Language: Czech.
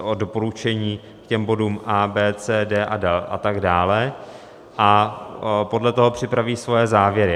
o doporučení k bodům A, B, C, D a tak dále a podle toho připraví svoje závěry.